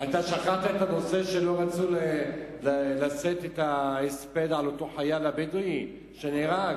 אתה שכחת שלא רצו לשאת את ההספד על אותו החייל הבדואי שנהרג?